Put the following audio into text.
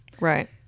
Right